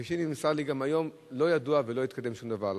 וכפי שנמסר לי גם היום לא ידוע ולא התקדם שום דבר.